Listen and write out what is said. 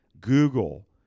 Google